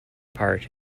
part